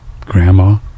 Grandma